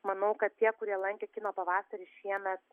manau kad tie kurie lankė kino pavasarį šiemet